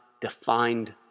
defined